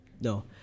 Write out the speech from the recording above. no